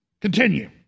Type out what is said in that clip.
Continue